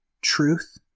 truth